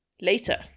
later